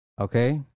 okay